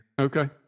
Okay